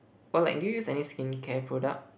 or like do you use any skincare product